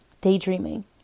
daydreaming